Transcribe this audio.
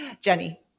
Jenny